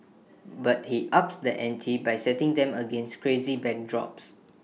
but he ups the ante by setting them against crazy backdrops